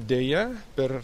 deja per